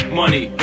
money